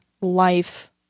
life